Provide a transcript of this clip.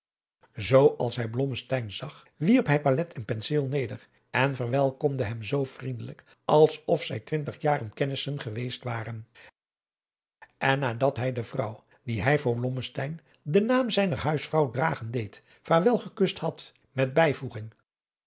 als hij blommesteyn zag wierp hij palet en penseel neder en verwelkomde hem zoo vriendelijk als of zij twintig jaren kennissen geweest waren en nadat hij de vrouw die hij voor blommesteyn den naam zijner huisvrouw dragen deed vaarwel gekust had met bijvoeging